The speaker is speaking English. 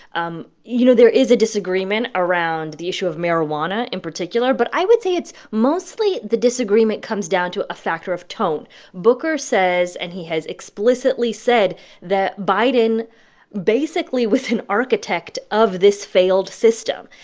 um you know, there is a disagreement around the issue of marijuana in particular, but i would say it's mostly, the disagreement comes down to a factor of tone booker says and he has explicitly said that biden basically was an architect of this failed system.